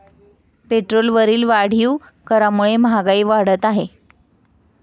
पेट्रोलवरील वाढीव करामुळे महागाई वाढत आहे